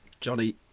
Johnny